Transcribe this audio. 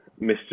Mr